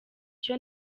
cyo